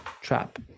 trap